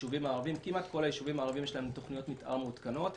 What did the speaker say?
כמעט לכל היישובים הערביים יש תוכניות מתאר מעודכנות.